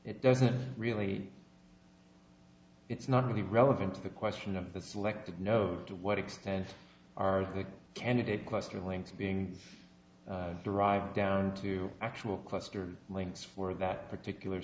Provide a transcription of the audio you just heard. it doesn't really it's not really relevant to the question of the selected no to what extent are the candidate question links being derived down to actual cluster links for that particular